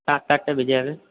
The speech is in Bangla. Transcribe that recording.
সাত আটটা বেজে যাবে